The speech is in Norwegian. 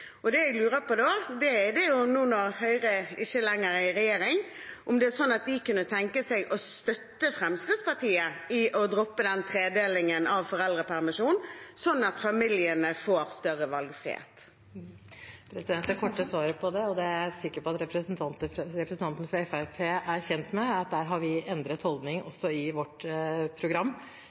Det jeg lurer på da, er om Høyre – nå som de ikke lenger er i regjering – kunne tenke seg å støtte Fremskrittspartiet i å droppe tredelingen av foreldrepermisjonen, sånn at familiene får større valgfrihet. Det korte svaret på det, og det er jeg sikker på at representanten fra Fremskrittspartiet er kjent med, er at der har vi endret holdning, også i vårt program,